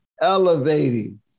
elevating